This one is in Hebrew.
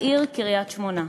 העיר קריית-שמונה,